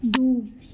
दू